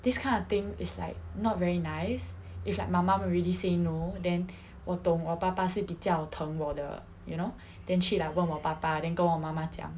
this kind of thing is like not very nice if like my mum already say no then 我懂我爸爸是比较疼我的 you know then 去 like 问我爸爸 then 跟我妈妈讲